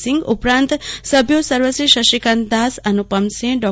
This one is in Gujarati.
સિંધ ઉપરાંત સભ્યો સર્વ શ્રી શશીકાંત દાસ અનુપસિંહ ડૉ